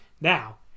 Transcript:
Now